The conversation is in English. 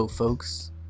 folks